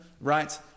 right